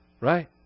Right